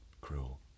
cruel